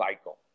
cycle